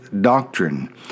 doctrine